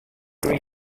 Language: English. are